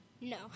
No